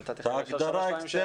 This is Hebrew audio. נתתי לך שלוש פעמים לשאול שאלה.